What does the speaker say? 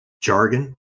jargon